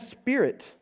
spirit